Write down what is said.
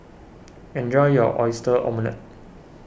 enjoy your Oyster Omelette